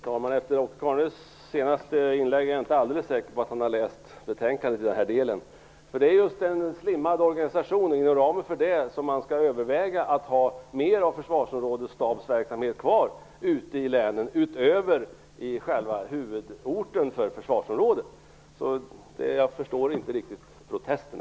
Herr talman! Efter Åke Carnerös senaste inlägg är jag inte alldeles säker på att han har läst betänkandet i denna del. Det är just inom ramen för en slimmad organisation som man skall överväga att ha mer av försvarsområdesstabsverksamhet kvar ute i länen, utöver det man har i försvarsområdets huvudort. Jag förstår inte riktigt protesterna.